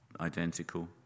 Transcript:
identical